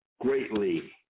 greatly